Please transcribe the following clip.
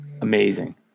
amazing